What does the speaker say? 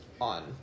on